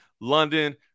London